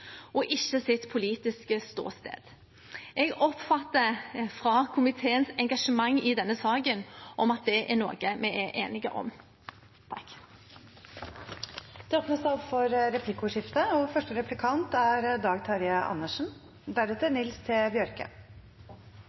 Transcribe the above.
og ikke sitt politiske ståsted. Jeg oppfatter fra komiteens engasjement i denne saken at det er noe vi er enige om.